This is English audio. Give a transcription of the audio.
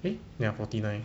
eh yah forty nine